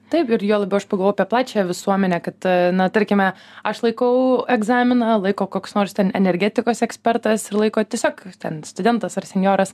taip ir juo labiau aš pagavau apie plačiąją visuomenę kad na tarkime aš laikau egzaminą laiko koks nors ten energetikos ekspertas ir laiko tiesiog ten studentas ar senjoras